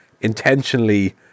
intentionally